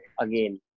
again